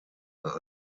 are